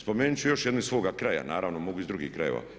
Spomenut ću još jednu iz svoga kraja, naravno mogu i iz drugih krajeva.